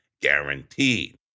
guaranteed